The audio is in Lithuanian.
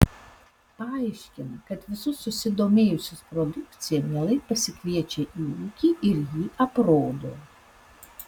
paaiškina kad visus susidomėjusius produkcija mielai pasikviečia į ūkį ir jį aprodo